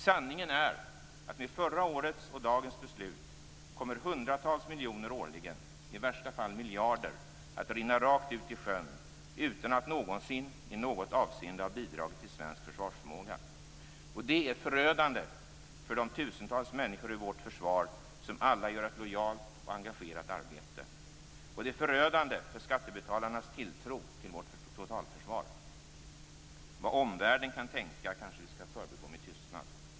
Sanningen är att med förra årets och dagens beslut kommer hundratals miljoner årligen - i värsta fall miljarder - att rinna rakt ut i sjön utan att någonsin i något avseende ha bidragit till svensk försvarsförmåga. Det är förödande för de tusentals människor i vårt försvar som alla gör ett lojalt och engagerat arbete. Och det är förödande för skattebetalarnas tilltro till vårt totalförsvar. Vad omvärlden kan tänka kanske vi skall förbigå med tystnad.